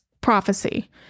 prophecy